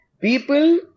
people